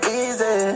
easy